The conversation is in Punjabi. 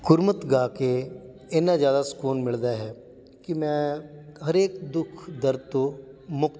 ਗੁਰਮਤਿ ਗਾ ਕੇ ਇੰਨਾ ਜ਼ਿਆਦਾ ਸਕੂਨ ਮਿਲਦਾ ਹੈ ਕਿ ਮੈਂ ਹਰੇਕ ਦੁੱਖ ਦਰਦ ਤੋਂ ਮੁਕਤ ਹਾਂ